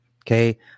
Okay